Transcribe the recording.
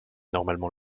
normalement